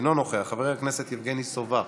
אינו נוכח, חבר הכנסת יבגני סובה,